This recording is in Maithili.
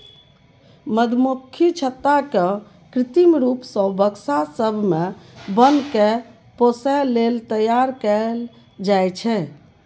मधुमक्खी छत्ता केँ कृत्रिम रुप सँ बक्सा सब मे बन्न कए पोसय लेल तैयार कयल जाइ छै